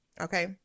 okay